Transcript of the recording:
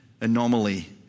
anomaly